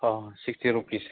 O sixty rupees